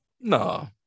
No